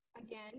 again